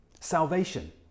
salvation